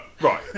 Right